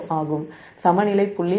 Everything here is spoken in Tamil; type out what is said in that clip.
இது உங்கள் 𝜹0 சமநிலை புள்ளி ஆகும்